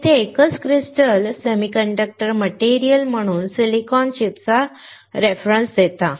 तर येथे एकच क्रिस्टल सेमीकंडक्टर मटेरियल म्हणून सिलिकॉन चिपचा संदर्भ देते